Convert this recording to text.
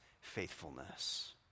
faithfulness